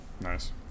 Nice